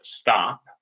stop